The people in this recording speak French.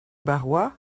barrois